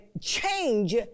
change